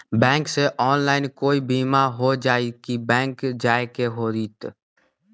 Bank से online कोई बिमा हो जाई कि बैंक जाए के होई त?